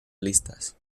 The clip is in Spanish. listas